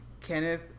Kenneth